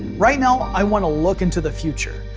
right now i want to look into the future,